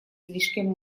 слишком